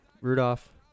Rudolph